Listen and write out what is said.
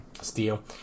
Steel